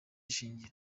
ishingiro